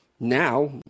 Now